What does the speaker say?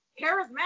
charismatic